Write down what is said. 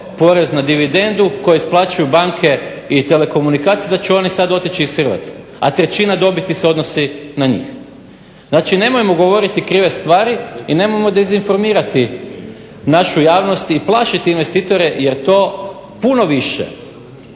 porez na dividendu koje isplaćuju banke i telekomunikacije da će sada oni otići iz Hrvatske, a trećina dobiti se odnosi na njih. Znači nemojmo govoriti krive stvari i nemojmo dezinformirati našu javnost i plašiti investitore jer to puno više